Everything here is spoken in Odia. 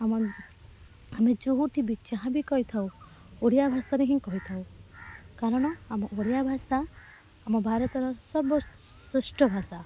ଆମ ଆମେ ଯେଉଁଠି ବି ଯାହା ବି କହିଥାଉ ଓଡ଼ିଆ ଭାଷାରେ ହିଁ କହିଥାଉ କାରଣ ଆମ ଓଡ଼ିଆ ଭାଷା ଆମ ଭାରତର ସର୍ବଶ୍ରେଷ୍ଠ ଭାଷା